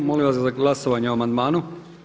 Molim vas za glasovanje o amandmanu.